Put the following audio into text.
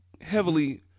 heavily